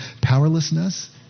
powerlessness